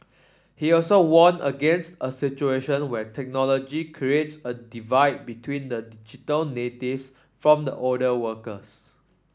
he also warned against a situation where technology creates a divide between the digital natives from the older workers